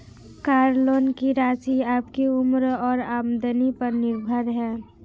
car loan की राशि आपकी उम्र और आमदनी पर निर्भर है